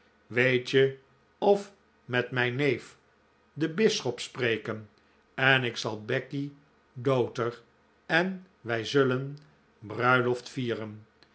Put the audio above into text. weet je of met mijn neef den bisschop spreken en ik zal becky doter en wij zullen bruiloft vieren